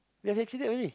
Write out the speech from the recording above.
you've exceeded already